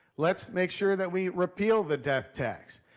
let's make sure that we repeal the death tax.